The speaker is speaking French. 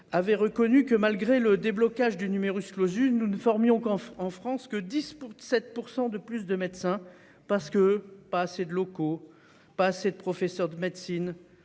avait reconnu que malgré le déblocage du numerus clausus nous ne formions quand en France que 10 pour 7% de plus de médecin parce que pas assez de locaux, pas assez de professeur de médecine